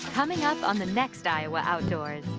coming up on the next iowa outdoors.